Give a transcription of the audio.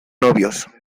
novios